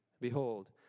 Behold